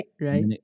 right